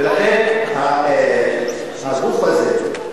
ולכן הגוף הזה,